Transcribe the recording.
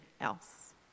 else